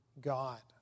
God